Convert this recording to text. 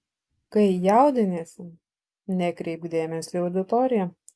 kai jaudiniesi nekreipk dėmesio į auditoriją